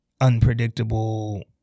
unpredictable